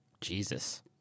Jesus